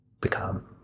become